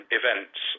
events